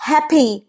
Happy